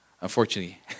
unfortunately